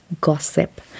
gossip